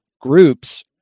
groups